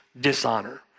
dishonor